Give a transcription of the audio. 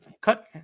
Cut